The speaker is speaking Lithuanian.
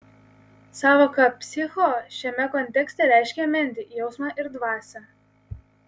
sąvoka psicho šiame kontekste reiškia mintį jausmą ir dvasią